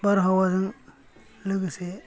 बारहावाजों लोगोसे